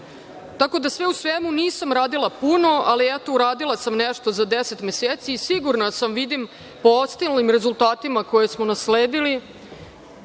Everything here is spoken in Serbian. započeto. Sve u svemu, nisam radila puno, ali uradila sam nešto za deset meseci i sigurna sam, vidim po ostalim rezultatima koje smo nasledili,